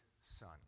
son